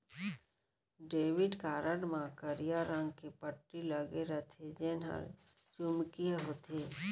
debit card म करिया रंग के पट्टी लगे रथे जेन हर चुंबकीय होथे